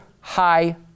high